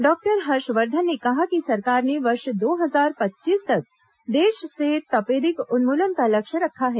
doctor Harshvardhan ने कहा कि सरकार ने वर्ष दो हजार पच्चीस तक देश से तपेदिक उन्मूलन का लक्ष्य रखा है